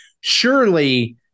surely